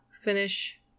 finish